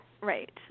right